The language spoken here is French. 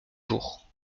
jours